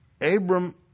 Abram